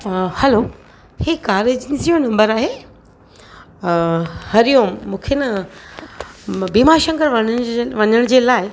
हलो हीउ कावेरी जो नंबर आहे हरि ओम मूंखे न भ भीमा शंकर वञण वञण जे लाइ